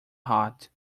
hot